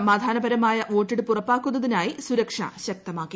സമാധാനപരമായ വോട്ടെടുപ്പ് ഉറപ്പാക്കുന്നതിനായി സുരക്ഷ ശക്തമാക്കി